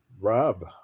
Rob